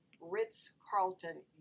Ritz-Carlton